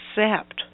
accept